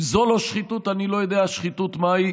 אם זו לא שחיתות, אני לא יודע שחיתות מהי.